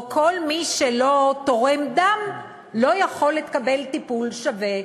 או כל מי שלא תורם דם לא יכול לקבל טיפול שווה,